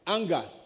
Anger